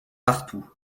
partout